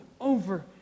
over